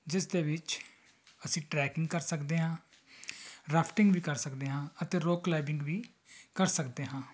ਜਿਸ ਦੇ ਵਿੱਚ ਅਸੀਂ ਟ੍ਰੈਕਿੰਗ ਕਰ ਸਕਦੇ ਹਾਂ ਰਾਫਟਿੰਗ ਵੀ ਕਰ ਸਕਦੇ ਹਾਂ ਅਤੇ ਰੌਕ ਕਲਾਈਬਿੰਗ ਵੀ ਕਰ ਸਕਦੇ ਹਾਂ